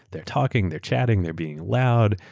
they're talking, they're chatting, they're being loud,